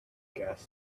gas